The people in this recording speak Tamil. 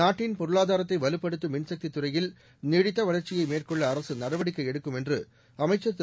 நாட்டின் பொருளாதாரத்தை வலுப்படுத்தும் மின்சக்தித் துறையில் நீடித்த வளர்ச்சியை மேற்கொள்ள அரசு நடவடிக்கை எடுக்கும் என்று அமைச்சர் திரு